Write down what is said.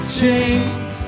chains